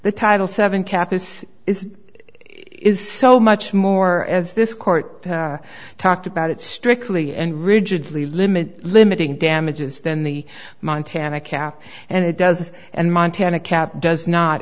the title seven cap is it is so much more as this court talked about it strictly and rigidly limit limiting damages than the montana cap and it does and montana cap does not